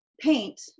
paint